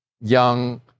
young